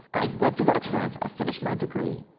i went through that experience, i finished my degree,